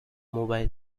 mobile